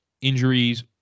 injuries